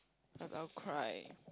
I'll I'll cry